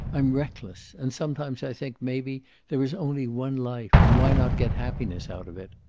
i'm reckless, and sometimes i think maybe there is only one life, and why not get happiness out of it.